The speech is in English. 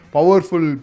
Powerful